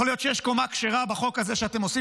יכול להיות שיש קומה כשרה בחוק הזה שאתם עושים.